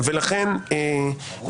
בוא נגיד הוראה משטרית כגון סעיף זה וזה.